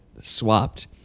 swapped